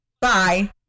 bye